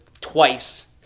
twice